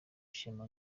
ishema